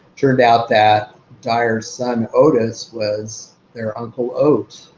turned out that dyar's son otis was their uncle ot.